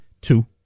Two